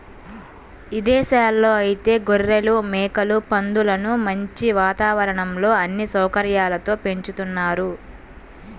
ఇదేశాల్లో ఐతే గొర్రెలు, మేకలు, పందులను మంచి వాతావరణంలో అన్ని సౌకర్యాలతో పెంచుతున్నారు